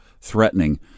threatening